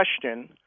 question